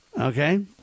Okay